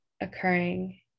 occurring